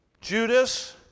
Judas